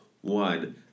one